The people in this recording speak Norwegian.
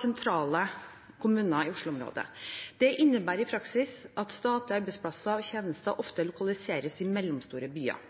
sentrale kommuner i Oslo-området. Det innebærer i praksis at statlige arbeidsplasser og tjenester ofte lokaliseres i mellomstore byer.